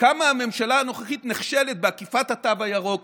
כמה הממשלה הנוכחית נכשלת באכיפת התו הירוק,